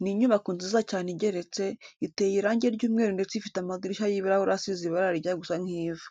Ni inyubako nziza cyane igeretse, iteye irange ry'umweru ndetse ifite amadirishya y'ibirahure asize ibara rijya gusa nk'ivu.